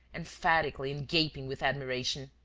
emphatically and gaping with admiration.